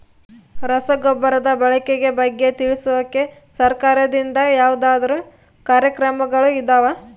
ರಸಗೊಬ್ಬರದ ಬಳಕೆ ಬಗ್ಗೆ ತಿಳಿಸೊಕೆ ಸರಕಾರದಿಂದ ಯಾವದಾದ್ರು ಕಾರ್ಯಕ್ರಮಗಳು ಇದಾವ?